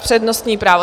Přednostní právo.